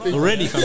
Already